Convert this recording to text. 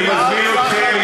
אני מזמין אתכם,